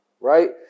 right